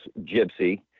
gypsy